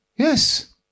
Yes